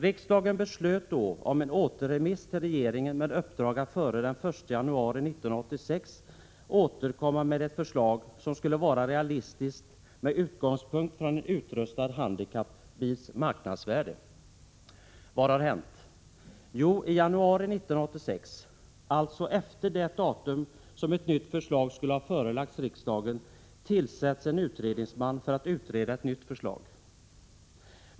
Riksdagen beslöt då om en återremiss till regeringen med uppdrag att före den 1 januari 1986 återkomma med ett förslag som skulle vara realistiskt med utgångspunkt från en utrustad handikappbils marknadsvärde. Jo, i januari 1986, alltså efter det datum då ett nytt förslag skulle ha förelagts riksdagen, tillsätts en utredningsman för att utreda ett nytt förslag.